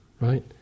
right